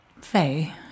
Faye